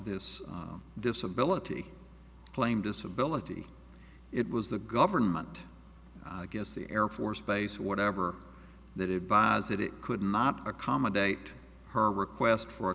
this disability claim disability it was the government gets the air force base whatever that it buys it it could not accommodate her request for a